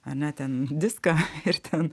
ane ten viską ir ten